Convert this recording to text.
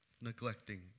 neglecting